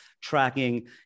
tracking